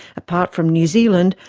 apart from new zealand,